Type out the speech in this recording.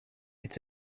it’s